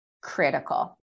critical